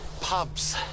pubs